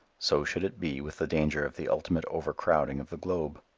so should it be with the danger of the ultimate overcrowding of the globe.